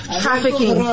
trafficking